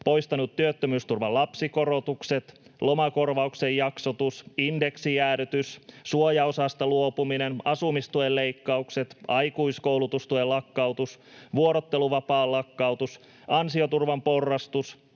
poistanut työttömyysturvan lapsikorotukset, lomakorvauksen jaksotus, indeksijäädytys, suojaosasta luopuminen, asumistuen leikkaukset, aikuiskoulutustuen lakkautus, vuorotteluvapaan lakkautus, ansioturvan porrastus,